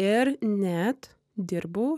ir net dirbau